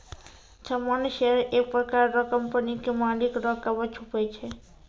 सामान्य शेयर एक प्रकार रो कंपनी के मालिक रो कवच हुवै छै